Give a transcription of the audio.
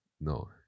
no